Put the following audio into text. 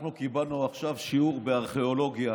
אנחנו קיבלנו עכשיו שיעור בארכיאולוגיה,